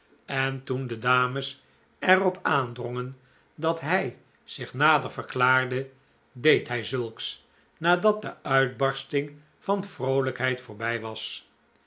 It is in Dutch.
en toen de dames er op aandrongen dat hij zich nader verklaarde deed hij zulks nadat de uitbarsting van vroolijkheid voorbij was